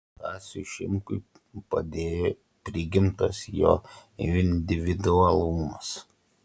stasiui šimkui padėjo prigimtas jo individualumas